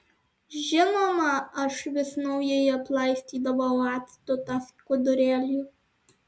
žinoma aš vis naujai aplaistydavau actu tą skudurėlį